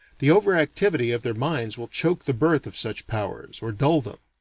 the over-activity of their minds will choke the birth of such powers, or dull them.